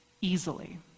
easily